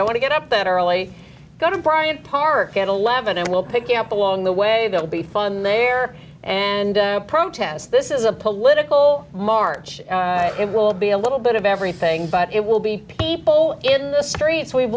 don't want to get up that early go to bryant park at eleven and we'll pick you up along the way that will be fun there and protest this is a political march it will be a little bit of everything but it will be people in the streets we've